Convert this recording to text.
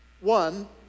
One